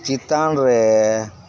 ᱪᱮᱛᱟᱱ ᱨᱮ